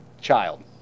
child